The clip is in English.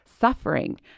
suffering